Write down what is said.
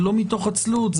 זה לא מתוך עצלות,